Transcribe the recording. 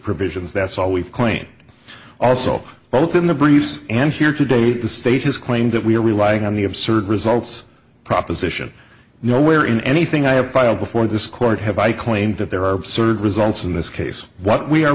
provisions that's all we've claim also both in the briefs and here to date the state has claimed that we are relying on the absurd results proposition nowhere in anything i have filed before this court have i claimed that there are absurd results in this case what we are